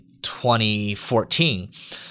2014